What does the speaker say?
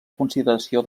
consideració